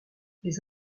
les